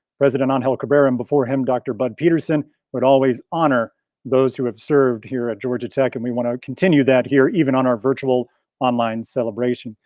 president on helico baron before him, dr. bud peterson would always honor those who have served here at georgia tech and we want to continue that here even on our virtual online celebration.